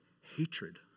hatred